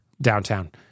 downtown